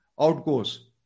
outgoes